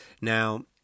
now